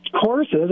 courses